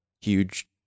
huge